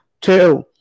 Two